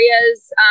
areas